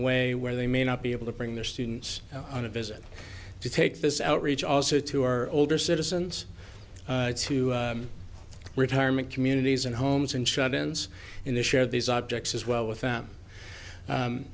a way where they may not be able to bring their students on a visit to take this outreach also to our older citizens to retirement communities and homes and shut ins in the shared these objects as well with that